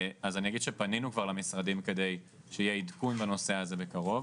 אז אני אגיד שפנינו כבר למשרדים כדי שיהיה עדכון בנושא הזה בקרוב,